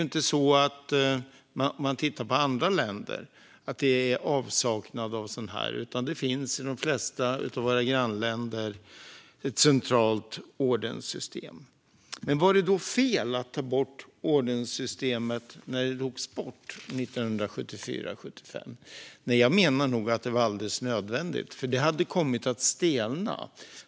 I andra länder råder ingen sådan avsaknad, och i de flesta av våra grannländer finns det ett centralt ordenssystem. Var det då fel att ta bort ordenssystemet 1974-1975? Nej, jag menar att det nog var alldeles nödvändigt, för det hade kommit att stelna.